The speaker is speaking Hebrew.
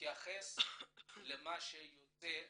שיתייחסו למה שיוצא מהשטח.